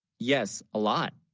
yes a lot,